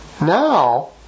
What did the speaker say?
now